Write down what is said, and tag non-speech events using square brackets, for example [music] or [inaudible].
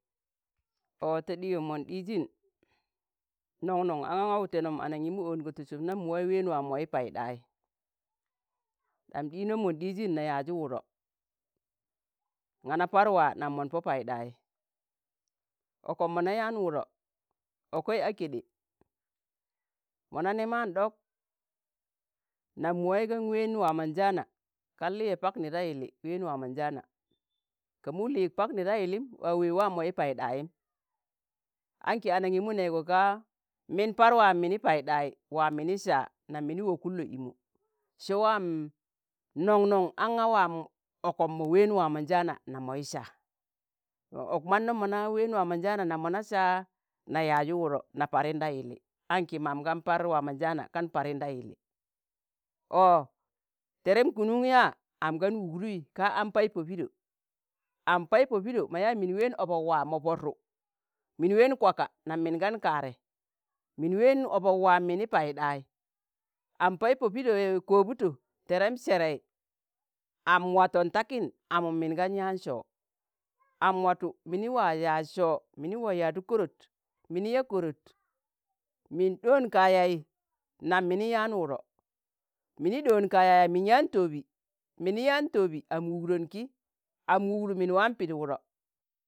ọ ta ɗiyọm mọn ɗizin, noṇ-noṇ aṇga wụtẹnum anaṇgimu ongo ti sum nam mụwaị ween waa mọ yi Paiɗai.Ɗam ɗiinom mọn ɗizin, na yaazi wụdọ, ṇana par waa nam mọn pọ Paiɗai, ọkọm mọ na yaan wụdọ ọkei a kede. mọ na nẹ maṇ ɗọk, nam mụwaị gan ween waa mọ njaana, kan lịye pakni da yilli ween waamọnjaana. ka mu liik Paknida yillim, waa weej waam yini paiɗayim, aṇki anaṇgimu nẹẹgọ ka mini Par waam mini Paiɗai, waam mini sạa nam mini wokun lo̱o imu se waam noṇ-noṇ aṇga waam ọkọm mọ ween waamọjaana nam mọyi sạa, ọk mannoọm mọ na ween wanmọnjaana nam mọna sạa, na yaaji wụdọ na Pari da yili aṇki mam gan par waa mọ njaana kan parin da yili. ọ tẹrẹm kunuṇ yaa, am gan wugduyi,, ka am pai pọ pido, am pai pọ pido mọ yaa min ween ọbọk waa ma pọrtu, min ween kwaka, nam min gan kaarẹ, min ween ọbọk, waam mini paiɗai,̣ am pai pọ Pido [hesitation] kobuto, tẹrẹm sẹrai, am watọn takin amụm min gan yaan soọ, am wạtu mini wa ya soọ, mini wa yaadụ korot, mini yaa korot, min ɗọon ka yayi nam mini yaan wụdọ, mini ɗoon ka yaya min yaan tọọbi, mini yaan tọọbi am wudgonki, am wugdu min wam pidi wụdo,